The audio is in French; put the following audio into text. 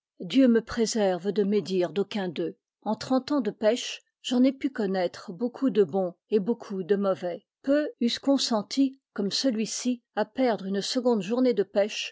dieu me préserve de médire d'aucun d'eux en trente ans de pêche j'en ai pu connaître beaucoup de bons et beaucoup de mauvais peu eussent consenti comme celui-ci à perdre une seconde journée de pêche